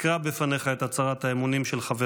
אקרא בפניך את הצהרת האמונים של חבר